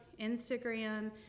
Instagram